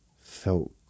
felt